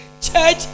Church